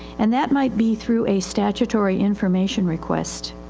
and that might be through a statutory information request.